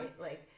right